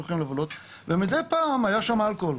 הולכים לבלות ומדי פעם היה שם אלכוהול,